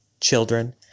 children